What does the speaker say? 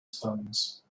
tongues